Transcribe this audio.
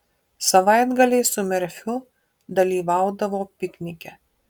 savaitgaliais su merfiu dalyvaudavo piknike